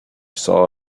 saw